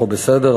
אנחנו בסדר?